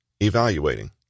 Evaluating